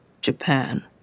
Japan